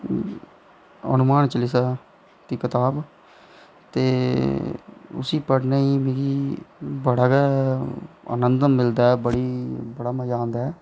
हनुमान चालीसा दी कताब ते उसी पढ़ने गी मिगी बड़ा गै आंनंद मिलदा ऐ बड़ी बड़ा मज़ा आंदा ऐ